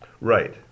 Right